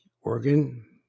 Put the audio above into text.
organ